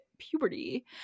puberty